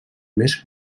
més